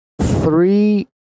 three